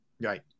Right